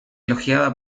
elogiada